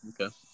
Okay